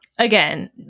again